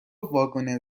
واگن